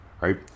Right